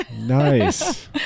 Nice